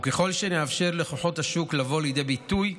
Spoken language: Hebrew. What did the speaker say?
וככל שנאפשר לכוחות השוק לבוא לידי ביטוי,